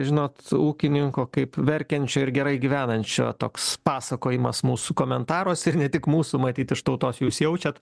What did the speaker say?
žinot ūkininko kaip verkiančio ir gerai gyvenančio toks pasakojimas mūsų komentaruose ir ne tik mūsų matyt iš tautos jūs jaučiat